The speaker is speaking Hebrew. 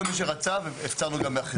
כל מי שרצה, הפצרנו גם באחרים.